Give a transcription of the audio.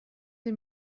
sie